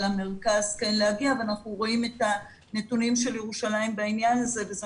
למרכז כן להגיע ואנחנו רואים את הנתונים של ירושלים בעניין הזה וזו